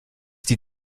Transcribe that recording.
die